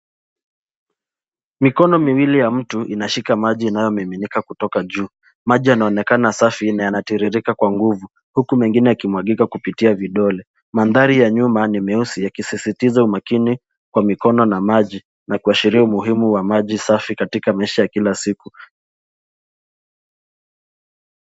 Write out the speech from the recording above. Mikono miwili ya mtu inashika maji inayomiminika kutoka juu. Maji yanaonekana safi na yanatiririka kwa nguvu, huku mengine yakimwagika kupitia vidole. Mandhari ya nyuma ni meusi yakisisitiza umaakini kwa mikono na maji na kuashiria umuhimu wa maji safi katika maisha ya kila siku.